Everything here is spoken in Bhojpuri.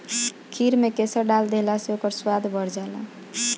खीर में केसर डाल देहला से ओकर स्वाद बढ़ जाला